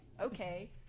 okay